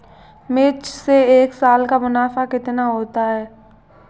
मिर्च से एक साल का मुनाफा कितना होता है?